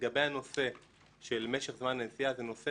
לגבי הנושא של משך זמן הנסיעה זה נושא